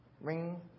ring